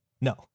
No